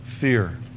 Fear